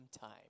time